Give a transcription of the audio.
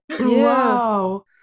wow